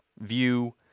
view